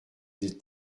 des